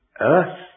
earth